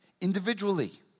individually